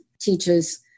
teaches